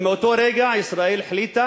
אבל מאותו רגע ישראל החליטה